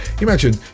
Imagine